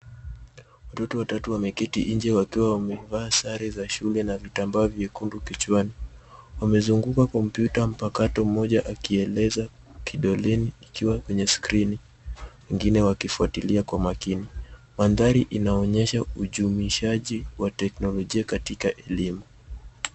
Watoto watatu wameketi nje wakiwa wamevaa sare za shule na vitambaa vyekundu kichwani. Wamezunguka kompyuta mpakato ,mmoja akieleza kidoleni ikiwa kwenye skrini ,wengine wakifuatilia kwa makini. Mandhari inaonyesha ujumuishaji wa teknolojia katika elimu.